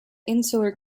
insular